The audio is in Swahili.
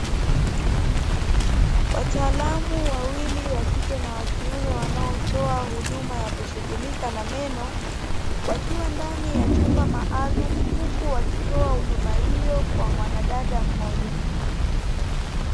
Wataalamu wawili wakike na wakiume, wanaotoa huduma ya kushughulika na meno, wakiwa ndani ya chumba maalumu, huku wakitoa huduma hiyo kwa mwanadada mmoja.